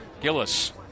Gillis